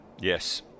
Yes